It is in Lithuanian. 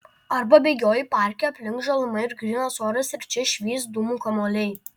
arba bėgioji parke aplink žaluma ir grynas oras ir čia švyst dūmų kamuoliai